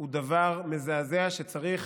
הוא דבר מזעזע שצריך,